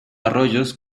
arroyos